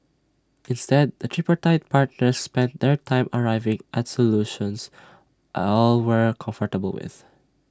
instead the tripartite partners spent their time arriving at solutions are all were comfortable with